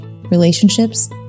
relationships